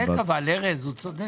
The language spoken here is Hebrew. ארז, הוא צודק.